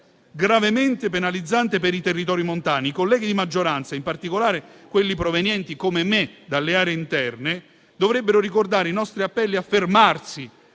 gravemente penalizzante per i territori montani. I colleghi di maggioranza, in particolare quelli provenienti, come me, dalle aree interne, dovrebbero ricordare i nostri appelli a fermarsi